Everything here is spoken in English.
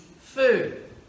food